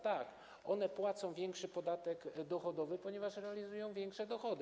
Tak, one płacą większy podatek dochodowy, ponieważ realizują większe dochody.